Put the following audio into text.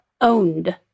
owned